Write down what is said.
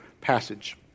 passage